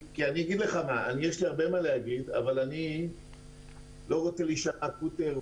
יש לי הרבה מה להגיד אבל אני לא רוצה להישמע "קוטר",